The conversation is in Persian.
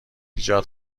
ایجاد